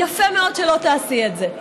יפה מאוד שלא תעשי את זה.